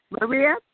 Maria